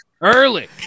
Early